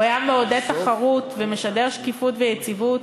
הוא היה מעודד תחרות ומשדר שקיפות ויציבות,